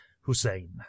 Hussein